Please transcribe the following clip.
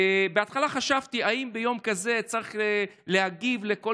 בהתחלה חשבתי אם ביום כזה צריך להגיב על כל